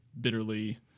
bitterly